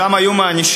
שם היו מענישים.